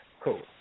cool